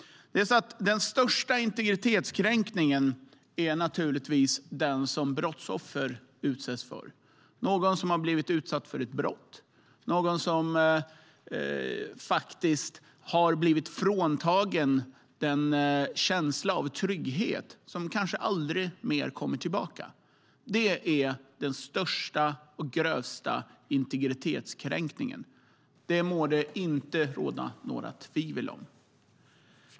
Den största integritetskränkningen är naturligtvis den som brottsoffer utsätts för - någon som har blivit utsatt för ett brott, någon som faktiskt har blivit fråntagen den känsla av trygghet som kanske aldrig mer kommer tillbaka. Det är den största och grövsta integritetskränkningen. Det må det inte råda några tvivel om.